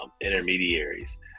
intermediaries